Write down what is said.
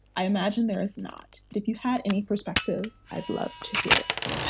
i imagine there is not. but if you had any perspective, i'd love to hear it.